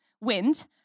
wind